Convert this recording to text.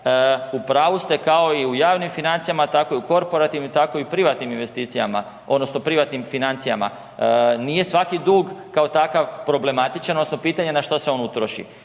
U pravu ste kao i u javnim financijama tako i u korporativnim, tako i u privatnim investicijama odnosno privatnim financijama. Nije svaki dug kao takav problematičan odnosno pitanje na što se on utroši.